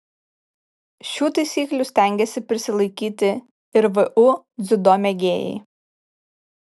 šių taisyklių stengiasi prisilaikyti ir vu dziudo mėgėjai